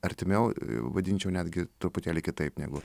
artimiau vadinčiau netgi truputėlį kitaip negu